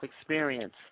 Experience